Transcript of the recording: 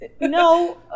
No